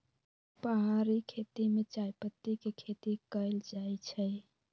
पहारि खेती में चायपत्ती के खेती कएल जाइ छै